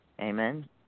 Amen